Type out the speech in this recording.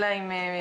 אלא אם שותים.